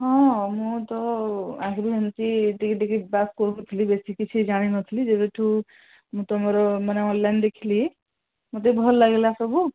ହଁ ମୁଁ ତ ଆଗରୁ ଏମିତି ଟିକେ ଟିକେ କ୍ଲାସ୍ କରୁଥିଲି ବେଶି କିଛି ଜାଣିନଥିଲି ଯେବେଠୁ ମୁଁ ତୁମର ମାନେ ଅନଲାଇନ୍ ଦେଖିଲି ମୋତେ ଭଲ ଲାଗିଲା ସବୁ